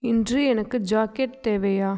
இன்று எனக்கு ஜாக்கெட் தேவையா